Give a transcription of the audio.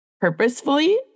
purposefully